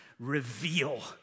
reveal